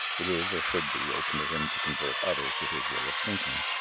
it is, or should be, open to him to convert others to his way of thinking.